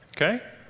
Okay